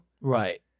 Right